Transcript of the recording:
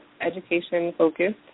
education-focused